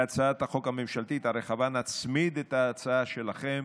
להצעת החוק הממשלתית הרחבה נצמיד את ההצעה שלכם,